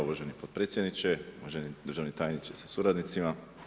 Uvaženi potpredsjedniče, uvaženi državni tajniče sa suradnicima!